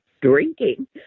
drinking